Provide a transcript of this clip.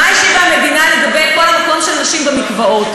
מה השיבה המדינה לגבי כל מקום של נשים במקוואות,